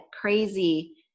crazy